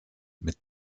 mit